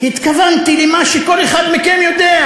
התכוונתי למה שכל אחד מכם יודע,